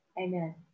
Amen